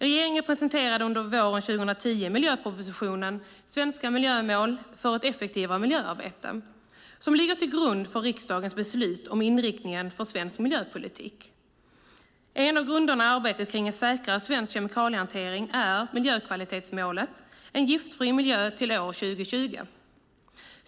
Regeringen presenterade våren 2010 miljöpropositionen Svenska miljömål - för ett effektivare miljöarbete som ligger till grund för riksdagens beslut om inriktningen för svensk miljöpolitik. En av grunderna i arbetet kring en säkrare svensk kemikaliehantering är miljökvalitetsmålet en giftfri miljö till år 2020.